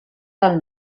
del